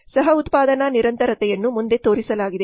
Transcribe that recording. ಸಹ ಉತ್ಪಾದನಾ ನಿರಂತರತೆಯನ್ನು ಮುಂದೆ ತೋರಿಸಲಾಗಿದೆ